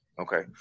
Okay